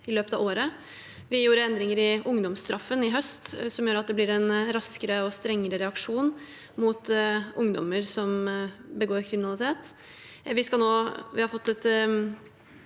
i løpet av året. Vi gjorde endringer i ungdomsstraffen i høst, som gjør at det blir en raskere og strengere reaksjon mot ungdommer som begår kriminalitet.